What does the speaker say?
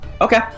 Okay